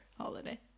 holiday